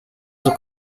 sus